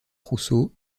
rousseau